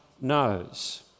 knows